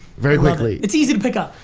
very quickly. it's easy to pick up.